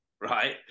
right